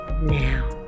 now